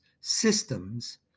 systems